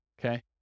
Okay